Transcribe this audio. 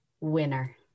Winner